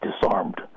disarmed